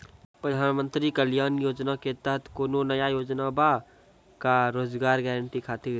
प्रधानमंत्री कल्याण योजना के तहत कोनो नया योजना बा का रोजगार गारंटी खातिर?